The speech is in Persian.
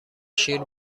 شیر